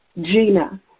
Gina